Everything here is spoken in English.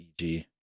EG